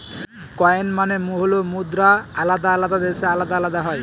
coin মানে হল মুদ্রা আলাদা আলাদা দেশে আলাদা আলাদা হয়